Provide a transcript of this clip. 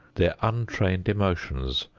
their untrained emotions,